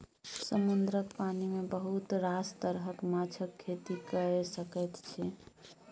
समुद्रक पानि मे बहुत रास तरहक माछक खेती कए सकैत छी